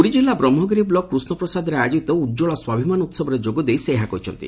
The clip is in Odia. ପୁରୀ ଜିଲ୍ଲା ବ୍ରହ୍କଗିରି ବ୍ଲକ କୃଷ୍ଟପ୍ରସାଦରେ ଆୟୋଜିତ ଉଜ୍ୱଳା ସ୍ୱାଭିମାନ ଉହବରେ ଯୋଗଦେଇ ସେ ଏହା କହିଛନ୍ତି